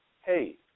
hey